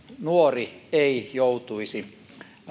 nuori ei joutuisi